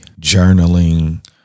journaling